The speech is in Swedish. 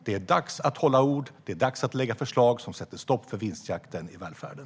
Det är dags att hålla ord. Det är dags att lägga fram förslag som sätter stopp för vinstjakten i välfärden!